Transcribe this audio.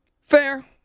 Fair